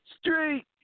Street